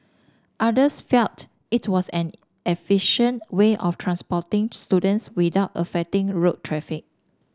others felt it was an efficient way of transporting students without affecting road traffic